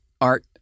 Art